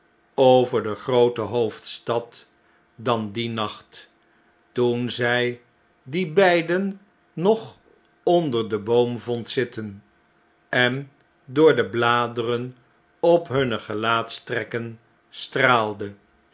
over de groote hoofdstad dan dien nacht toen zij die beiden nog onder den boom vond zitten en door de bladeren op hunne gelaatstrekken straalde